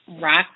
rock